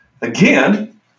Again